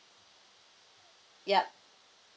yup